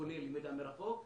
כולל למידה מרחוק,